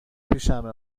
پیشمه